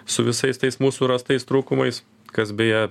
su visais tais mūsų rastais trūkumais kas beje